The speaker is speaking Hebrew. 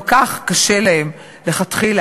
גם כך קשה להם מלכתחילה,